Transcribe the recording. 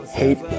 hate